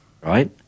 Right